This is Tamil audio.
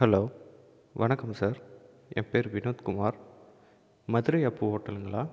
ஹலோ வணக்கம் சார் என் பெயர் வினோத் குமார் மதுரை அப்பு ஹோட்டல்லுங்களா